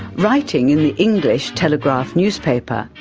writing in the english telegraph newspaper,